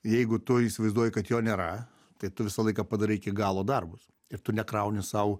jeigu tu įsivaizduoji kad jo nėra tai tu visą laiką padarai iki galo darbus ir tu nekrauni sau